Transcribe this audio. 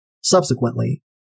subsequently